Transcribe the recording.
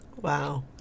Wow